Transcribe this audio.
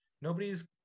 Nobody's